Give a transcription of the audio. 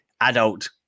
adult